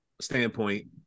standpoint